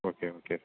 okay okay